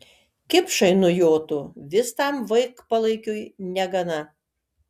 kipšai nujotų vis tam vaikpalaikiui negana